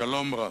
שלום רב.